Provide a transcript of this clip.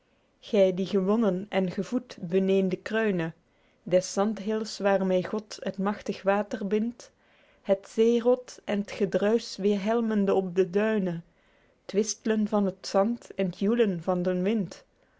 gy die gewonnen en gevoed beneên de kruine des zandhils waer meê god het magtig water bindt het zeerot en t gedruisch weêrhelmende op de duine het wistlen van het zand en t joelen van den wind